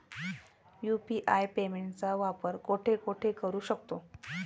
UPI पेमेंटचा वापर कुठे कुठे करू शकतो?